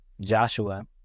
Joshua